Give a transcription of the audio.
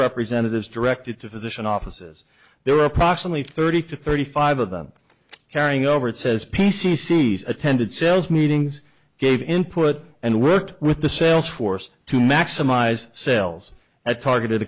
representatives directed to physician offices there were approximately thirty to thirty five of them carrying over it says p c c he's attended sales meetings gave input and worked with the sales force to maximize cells at targeted